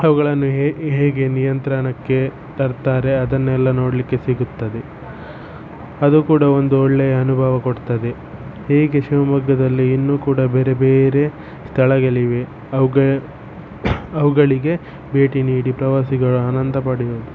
ಅವುಗಳನ್ನು ಹೆ ಹೇಗೆ ನಿಯಂತ್ರಣಕ್ಕೆ ತರ್ತಾರೆ ಅದನ್ನೆಲ್ಲ ನೋಡಲಿಕ್ಕೆ ಸಿಗುತ್ತದೆ ಅದು ಕೂಡ ಒಂದು ಒಳ್ಳೆಯ ಅನುಭವ ಕೊಡ್ತದೆ ಹೀಗೆ ಶಿವಮೊಗ್ಗದಲ್ಲಿ ಇನ್ನೂ ಕೂಡ ಬೇರೆ ಬೇರೆ ಸ್ಥಳಗಳಿವೆ ಅವ್ಗ ಅವುಗಳಿಗೆ ಭೇಟಿ ನೀಡಿ ಪ್ರವಾಸಿಗರು ಆನಂದ ಪಡಬೇಕು